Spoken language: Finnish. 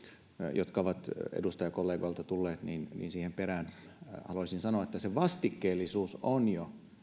jotka ovat edustajakollegoilta tulleet siihen perään haluaisin sanoa että se vastikkeellisuus on jo